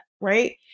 right